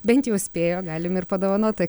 bent jau spėjo galim ir padovanot tą